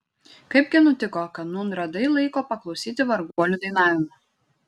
kaipgi nutiko kad nūn radai laiko paklausyti varguolių dainavimo